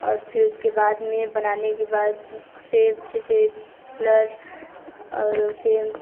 और फिर उसके बाद में बनाने के बाद से अच्छे से कलर और उसे